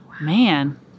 Man